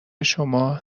شما